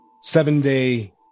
seven-day